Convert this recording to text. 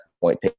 point